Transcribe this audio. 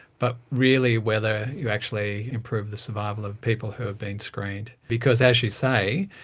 but really whether you actually improve the survival of people who have been screened. because, as you say,